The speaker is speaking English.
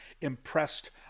impressed